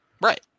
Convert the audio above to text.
Right